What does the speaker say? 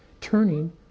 turning